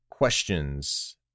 questions